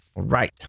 right